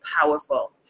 powerful